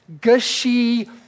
gushy